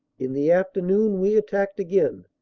in the afternoon we attacked again,